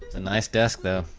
a nice desk though.